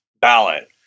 ballot